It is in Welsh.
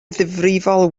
ddifrifol